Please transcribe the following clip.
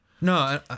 no